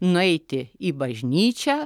nueiti į bažnyčią